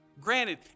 Granted